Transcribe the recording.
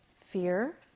fear